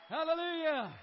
Hallelujah